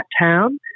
town